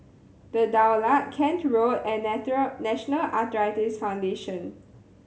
The Daulat Kent Road and National Arthritis Foundation